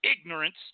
ignorance